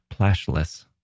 plashless